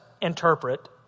interpret